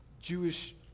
Jewish